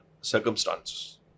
circumstances